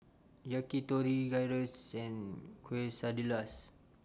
Yakitori Gyros and Quesadillas